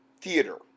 theater